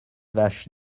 vaches